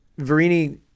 Verini